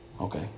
Okay